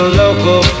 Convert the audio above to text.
local